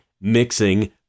mixing